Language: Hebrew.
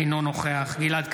אינו נוכח גלעד קריב,